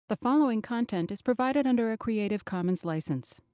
the following content is provided under a creative commons license.